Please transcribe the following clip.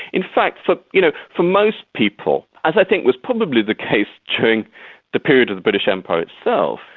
in fact, for you know for most people, as i think was probably the case during the period of the british empire itself,